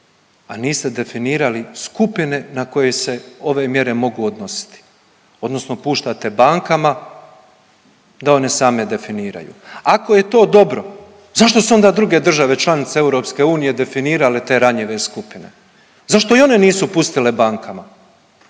a niste definirali skupine na koje se ove mjere mogu odnositi odnosno puštate bankama da one same definiraju. Ako je to dobro zašto su onda druge države članice EU definirale te ranjive skupine, zašto i one nisu pustile bankama